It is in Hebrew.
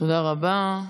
תודה רבה.